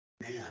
man